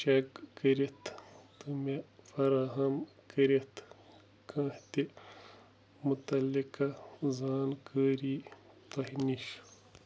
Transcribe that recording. check کٔرِتھ تہٕ مےٚ فرہَم کٔرِتھ کانٛہہ تہِ مُتعلقہٕ زانکٲری تۄہہِ نِش